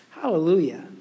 hallelujah